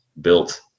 built